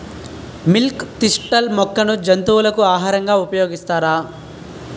Milk thistle మొక్కను జంతువులకు ఆహారంగా ఉపయోగిస్తారా?